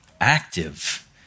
active